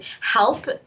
help